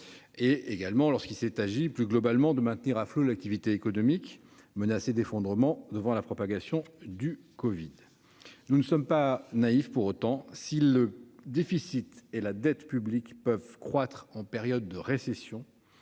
social, et lorsqu'il s'est agi, plus globalement, de maintenir à flot l'activité économique menacée d'effondrement devant la propagation du covid-19. Nous ne sommes pas naïfs pour autant. Si le déficit et la dette publics peuvent croître en période de récession,